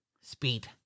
speed